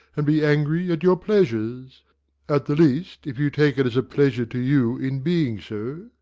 and be angry at your pleasures at the least, if you take it as a pleasure to you in being so.